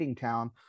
town